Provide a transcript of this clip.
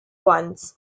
once